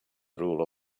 rule